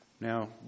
now